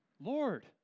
Lord